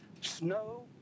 snow